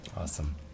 Awesome